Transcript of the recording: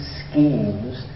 schemes